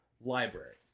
library